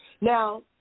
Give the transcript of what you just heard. Now